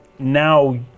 Now